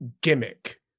gimmick